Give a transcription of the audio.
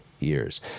years